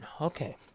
Okay